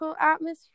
atmosphere